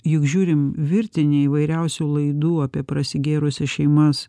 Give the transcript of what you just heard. juk žiūrim virtinę įvairiausių laidų apie prasigėrusias šeimas